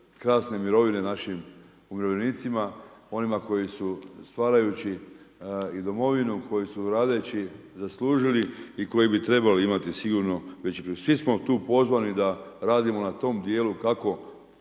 krasne mirovine našim umirovljenicima, onima koji su stvarajući i domovinu, koji su radeći zaslužili i koji bi trebali imati sigurno …/Govornik se ne razumije./… Svi smo tu pozvani da radimo na tom dijelu kako